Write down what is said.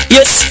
Yes